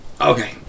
okay